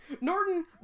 Norton